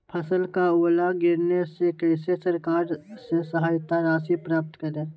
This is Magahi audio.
फसल का ओला गिरने से कैसे सरकार से सहायता राशि प्राप्त करें?